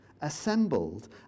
assembled